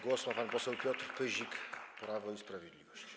Głos ma pan poseł Piotr Pyzik, Prawo i Sprawiedliwość.